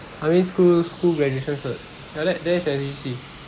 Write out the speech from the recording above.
I mean school school graduation cert ya tha~ that is your S_G_C